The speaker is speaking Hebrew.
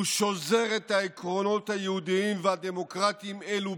הוא שוזר את העקרונות היהודיים והדמוקרטיים אלו